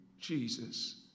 Jesus